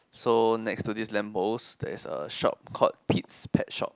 so next to this lamp post there's a shop called Pete's pet shop